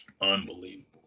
Unbelievable